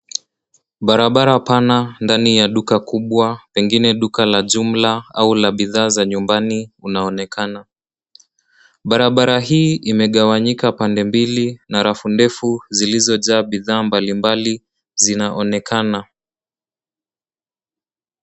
Barabara pana ndani ya duka kubwa, pengine duka la jumla au la bidhaa za nyumbani, unaonekana. Barabara hii imegawanyika pande mbili na rafu ndefu zilizojaa bidhaa mbalimbali, zinaonekana.